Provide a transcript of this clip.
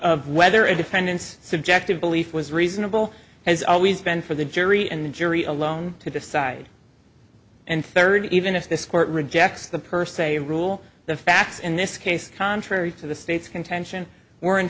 of whether independence subjective belief was reasonable has always been for the jury and the jury alone to decide and third even if this court rejects the per se rule the facts in this case contrary to the state's contention were in